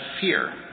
fear